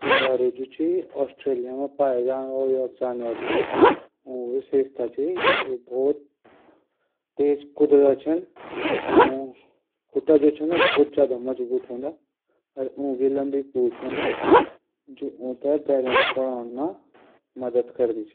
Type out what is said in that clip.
कंगारू जू छन आस्ट्रेलिया मा पाये जांदा छन। ऊकी विशेषता च तेज कूददा छन। ऊक खुटा बहुत मजबूत हूदा। ऊकी लंबी पूछ हंदी। जू ऊथै बैलैस बणान मा मदद करदी